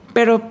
Pero